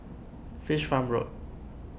Fish Farm Road